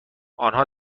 آنها